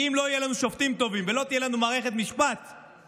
כי אם לא יהיו לנו שופטים טובים ולא תהיה לנו מערכת משפט מתוקנת,